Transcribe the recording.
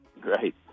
Great